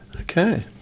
Okay